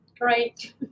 great